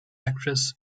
actress